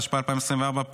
התשפ"ה 2024,